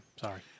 sorry